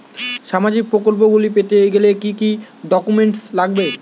সামাজিক প্রকল্পগুলি পেতে গেলে কি কি ডকুমেন্টস লাগবে?